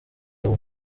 law